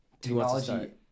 Technology